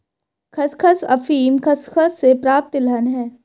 खसखस अफीम खसखस से प्राप्त तिलहन है